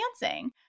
dancing